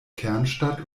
kernstadt